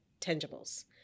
tangibles